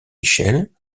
michel